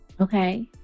okay